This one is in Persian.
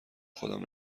خودم